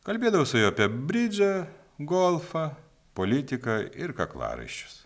kalbėdavau su juo apie bridžą golfą politiką ir kaklaraiščius